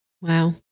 Wow